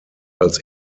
als